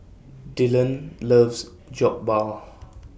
Dylon loves Jokbal